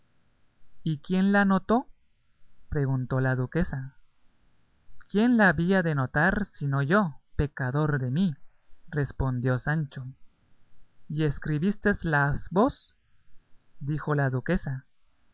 y quién la notó preguntó la duquesa quién la había de notar sino yo pecador de mí respondió sancho y escribístesla vos dijo la duquesa